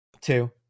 two